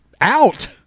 out